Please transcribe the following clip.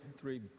three